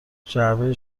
جعبه